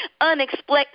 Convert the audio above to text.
unexpected